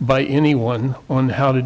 by anyone on how to